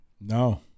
No